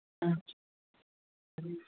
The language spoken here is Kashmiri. اَچھا ٹھیٖک